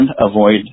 Avoid